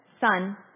Son